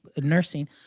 nursing